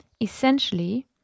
Essentially